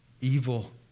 evil